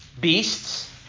beasts